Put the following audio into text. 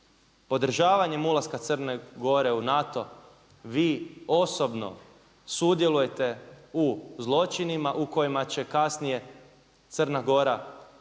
Podržavanjem ulaska Crne Gore u NATO vi osobno sudjelujete u zločinima u kojima će kasnije Crna Gora sudjelovati